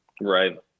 Right